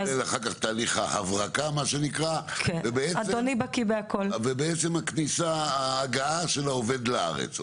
כולל תהליך שנקרא ההברקה ועצם ההגעה של העובד ארצה.